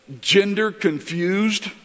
gender-confused